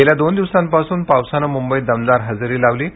गेल्या दोन दिवसांपासून पावसानं मुंबईत दमदार हजेरी लावली आहे